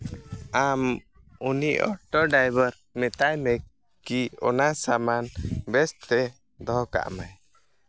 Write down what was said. ᱟᱢ ᱩᱱᱤ auto driver ᱢᱮᱛᱟᱭ ᱢᱮ ᱠᱤ ᱚᱱᱟ ᱥᱟᱢᱟᱱ ᱵᱮᱥᱛᱮ ᱫᱚᱦᱚ ᱠᱟᱜ ᱢᱮ